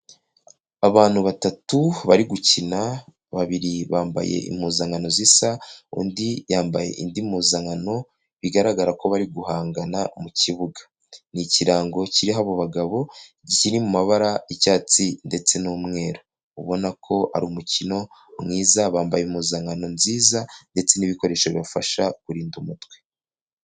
Abantu batatu bari gukina, babiri bambaye impuzankano zisa undi yambaye indi mpuzankano bigaragara ko bari guhangana mu ikibuga, n'kirango kiriho abo bagabo gikiriri mu mabara y'icyatsi ndetse n'umweru, ubona ko ari umukino mwiza bambaye impuzankano nziza ndetse n'ibikoresho bifasha kurinda umutwe.